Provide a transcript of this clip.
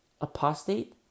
apostate